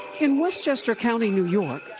in westchester county, new york,